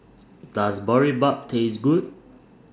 Does Boribap Taste Good